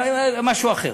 זה משהו אחר.